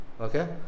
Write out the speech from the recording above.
okay